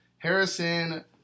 Harrison